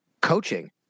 coaching